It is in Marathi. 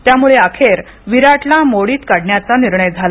त्यामुळे अखेर विराटला मोडीत काढण्याचा निर्णय झाला